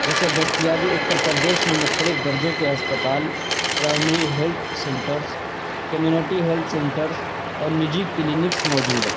جیسے دستیابی اتر پردیش میں مختلف درجوں کے ہسپتال primary health centres community health centres اور نجی کلینکس موجود ہیں